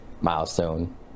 milestone